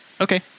Okay